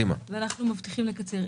אנחנו מבטיחים לקצר.